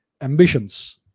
ambitions